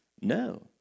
No